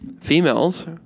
Females